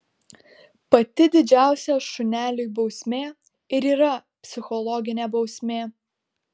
pati didžiausia šuneliui bausmė ir yra psichologinė bausmė